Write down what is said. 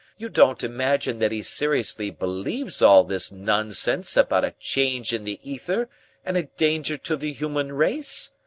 you don't imagine that he seriously believes all this nonsense about a change in the ether and a danger to the human race?